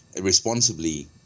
responsibly